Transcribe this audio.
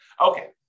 Okay